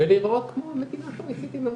ולהיראות כמו מדינה --- עם המצב,